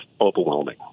overwhelming